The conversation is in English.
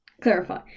clarify